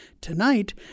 tonight